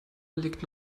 liegt